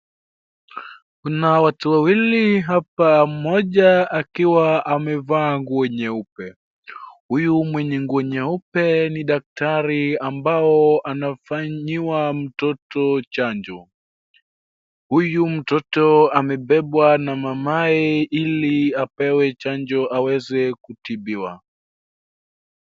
Kuna watu wawili hapa mmoja akiwa amevaa nguo nyeupe. Huyu mwenye nguo nyeupe ni daktari ambao anafanyiwa mtoto chanjo. Huyu mtoto amebebwa na mamaye ili apewe chanjo aweze kutibiwa.